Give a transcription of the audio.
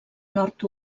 nord